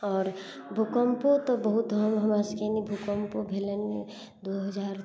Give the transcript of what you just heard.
आओर भूकम्पो तऽ बहुत हमरा सबके भूकम्पो भेलनि दू हजार